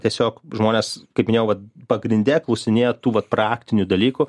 tiesiog žmonės kaip minėjau va pagrinde klausinėja tų vat praktinių dalykų